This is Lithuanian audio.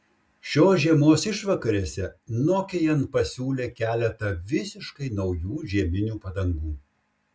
šios žiemos išvakarėse nokian pasiūlė keletą visiškai naujų žieminių padangų